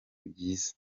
byiza